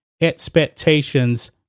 expectations